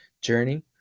journey